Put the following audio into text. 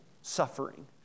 suffering